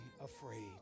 afraid